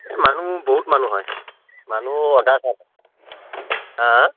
এই মানুহ বহুত মানুহ হয় মানুহ হা